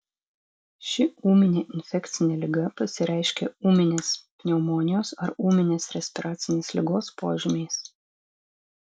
ši ūminė infekcinė liga pasireiškia ūminės pneumonijos ar ūminės respiracinės ligos požymiais